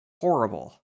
horrible